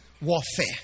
Warfare